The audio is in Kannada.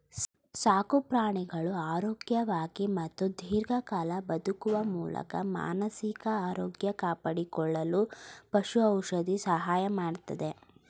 ಸಾಕುಪ್ರಾಣಿಗಳು ಆರೋಗ್ಯವಾಗಿ ಮತ್ತು ದೀರ್ಘಕಾಲ ಬದುಕುವ ಮೂಲಕ ಮಾನಸಿಕ ಆರೋಗ್ಯ ಕಾಪಾಡಿಕೊಳ್ಳಲು ಪಶು ಔಷಧಿ ಸಹಾಯ ಮಾಡ್ತದೆ